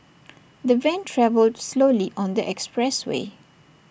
the van travelled slowly on the expressway